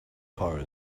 car